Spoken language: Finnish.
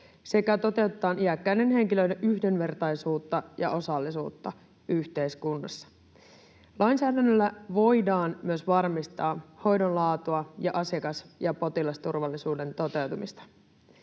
sekä toteutetaan iäkkäiden henkilöiden yhdenvertaisuutta ja osallisuutta yhteiskunnassa. Lainsäädännöllä voidaan myös varmistaa hoidon laatua ja asiakas- ja potilasturvallisuuden toteutumista.